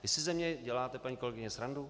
Vy si ze mě děláte, paní kolegyně, srandu?